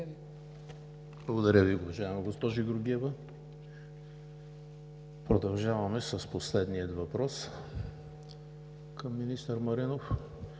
Благодаря Ви, уважаема госпожо Георгиева. Продължаваме с последния въпрос към министър Маринов